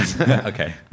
Okay